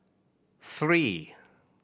three